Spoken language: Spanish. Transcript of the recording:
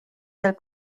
del